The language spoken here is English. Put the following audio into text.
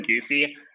goofy